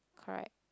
correct